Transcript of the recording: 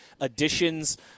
additions